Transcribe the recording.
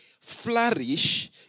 flourish